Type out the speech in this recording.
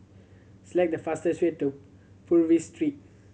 select the fastest way to Purvis Street